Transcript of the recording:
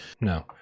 no